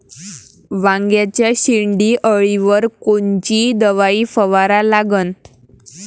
वांग्याच्या शेंडी अळीवर कोनची दवाई फवारा लागन?